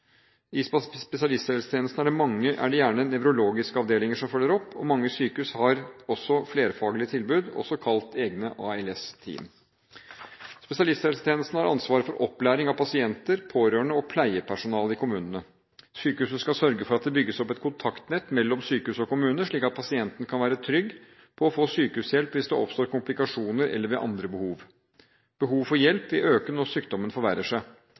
team. I spesialisthelsetjenesten er det gjerne nevrologiske avdelinger som følger opp. Mange sykehus har også flerfaglige tilbud, også kalt egne ALS-team. Spesialisthelsetjenesten har ansvar for opplæring av pasienter, pårørende og pleiepersonalet i kommunene. Sykehuset skal sørge for at det bygges opp et kontaktnett mellom sykehus og kommune, slik at pasienten kan være trygg på å få sykehushjelp hvis det oppstår komplikasjoner eller ved andre behov. Behovet for hjelp vil øke når sykdommen forverrer seg.